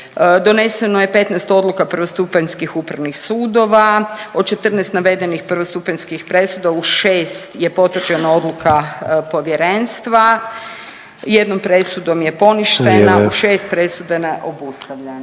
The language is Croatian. doneseno je 15 odluka prvostupanjskih upravnih sudova od 14 navedenih prvostupanjskih presuda u 6 je potvrđena odluka Povjerenstva i jednom presudom …/Upadica Sanader: Vrijeme./… je poništena